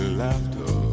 laughter